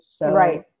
Right